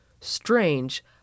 Strange